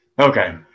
okay